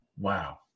Wow